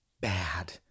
bad